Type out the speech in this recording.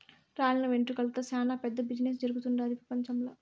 రాలిన వెంట్రుకలతో సేనా పెద్ద బిజినెస్ జరుగుతుండాది పెపంచంల